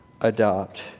adopt